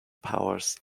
powers